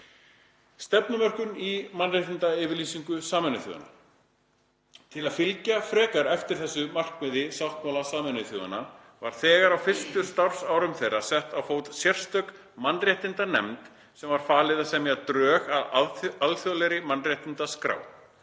Stefnumörkun í mannréttindayfirlýsingu Sameinuðu þjóðanna. Til að fylgja frekar eftir þessu markmiði sáttmála Sameinuðu þjóðanna var þegar á fyrstu starfsárum þeirra sett á fót sérstök mannréttindanefnd sem var falið að semja drög að alþjóðlegri mannréttindaskrá.